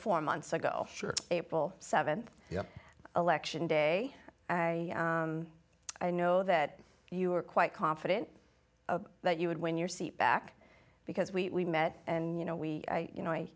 four months ago april seventh election day i i know that you were quite confident of that you would win your seat back because we met and you know we you know i